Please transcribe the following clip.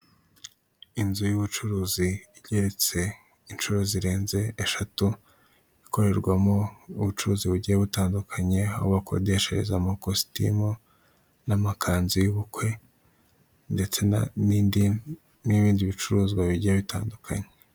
Inzu y'ubucuruzi igereretse inshuro zirenze eshatu, ikorerwamo ubucuruzi bugiye butandukanye aho bakodeshereza amakositimu n'amakanzu y'ubukwe, ndetse n'ibindi bicuruzwa bigiye bitandukanye.